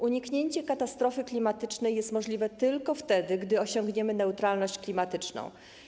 Uniknięcie katastrofy klimatycznej jest możliwe tylko wtedy, gdy osiągniemy neutralność klimatyczną.